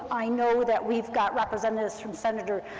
i know that we've got representatives from senator